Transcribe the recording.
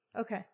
Okay